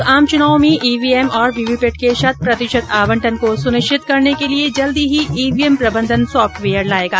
चुनाव आयोग आम चुनाव में ईवीएम और वीवीपैट के शत प्रतिशत आवंटन को सुनिश्चित करने के लिये जल्द ही ईवीएम प्रबंधन सॉफ्टवेयर लायेगा